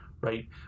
right